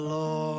Lord